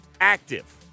active